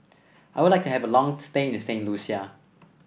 I would like to have a long stay in Saint Lucia